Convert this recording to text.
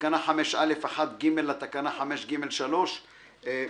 ובתקנה 5(א)(1)(ג) ובתקנה 5(ג)(3).